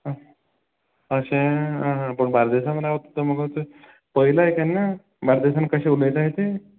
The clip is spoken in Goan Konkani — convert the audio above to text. आं अशें आं पूण बारदेसान रावता ते मुगो पयलाय केन्ना बारदेसान कशे उलयताय ते